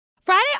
friday